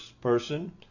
person